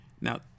Now